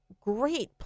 great